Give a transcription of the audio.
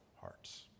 hearts